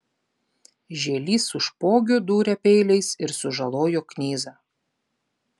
žielys su špogiu dūrė peiliais ir sužalojo knyzą